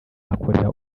akorera